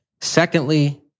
Secondly